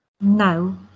No